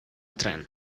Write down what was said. tren